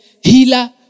healer